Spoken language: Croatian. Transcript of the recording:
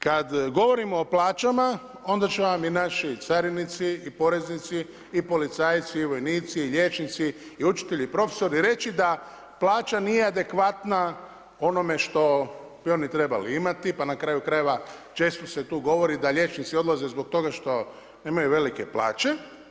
Kada govorimo o plaćama onda će vam i naši carinici, i poreznici, i policajci, i vojnici, i liječnici, i učitelji i profesori reći da plaća nije adekvatna onome što bi oni trebali imati, pa na kraju krajeva često se tu govori da liječnici odlaze zbog toga što nemaju velike plaće.